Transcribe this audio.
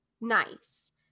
nice